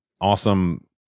awesome